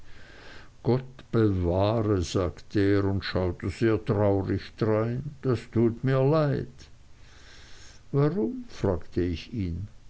gott bewahre sagte er und schaute sehr traurig drein das tut mir leid warum fragte ich ihn